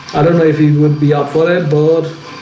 i don't know if it would be up for air board.